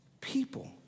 people